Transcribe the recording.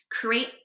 Create